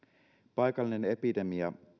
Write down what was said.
paikallinen epidemia